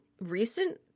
recent